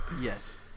yes